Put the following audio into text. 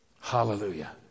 Hallelujah